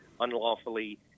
unlawfully